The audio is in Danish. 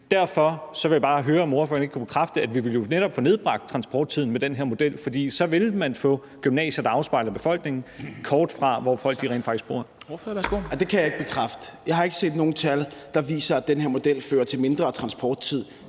derfor vil jeg bare høre, om ordføreren ikke kan bekræfte, at vi netop ville få nedbragt transporttiden med den her model, for så ville man få gymnasier, der afspejler befolkningen, kort fra der, hvor folk rent faktisk bor. Kl. 11:17 Formanden (Henrik Dam Kristensen): Tak. Ordføreren, værsgo.